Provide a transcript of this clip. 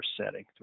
setting